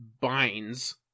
binds